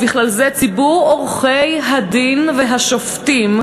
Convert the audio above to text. ובכלל זה ציבור עורכי-הדין והשופטים,